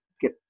get